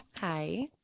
Hi